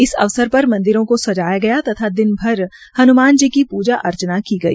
इस अवसर पर मंदिरों को सजाया गया तथा दिन भर हृनमान जी की पूजा अर्चना की गई